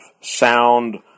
sound